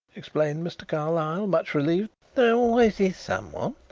explained mr. carlyle, much relieved. there always is someone.